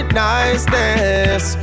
niceness